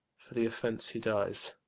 for the offence he dies.